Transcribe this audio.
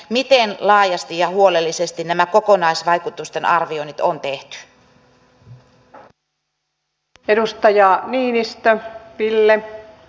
miten laajasti ja huolellisesti nämä kokonaisvaikutusten arvioinnit on tehty